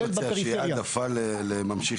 רק מציע שיהיה העדפה לממשיכים?